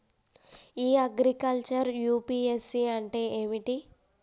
ఇ agriculture UPSC అంటే ఏమిటి?